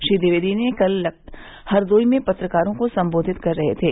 श्री ट्विवेदी कल हरदोई में पत्रकारों को संबेधित कर रहे थे